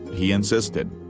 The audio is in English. he insisted.